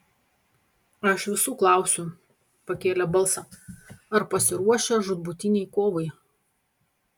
aš visų klausiu pakėlė balsą ar pasiruošę žūtbūtinei kovai